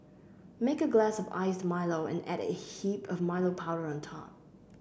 make a glass of iced Milo and add a heap of Milo powder on top